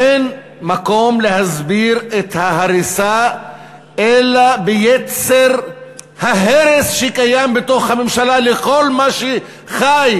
אין מקום להסביר את ההריסה אלא ביצר ההרס שקיים בתוך הממשלה לכל מה שחי,